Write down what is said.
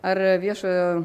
ar viešojo